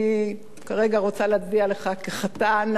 אני כרגע רוצה להצדיע לך כחתן